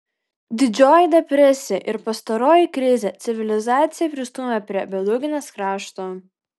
didžioji depresija ir pastaroji krizė civilizaciją pristūmė prie bedugnės krašto